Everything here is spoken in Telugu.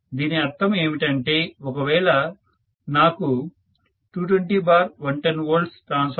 దీని అర్థము ఏమిటంటే ఒకవేళ నాకు 220110 V ట్రాన్స్ఫార్మర్ 2